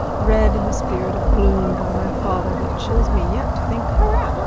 read in a spirit of gloom by my father that chills me yet to think of.